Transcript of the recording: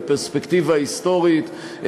בפרספקטיבה היסטורית,